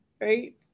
Right